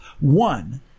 One